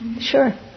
Sure